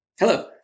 Hello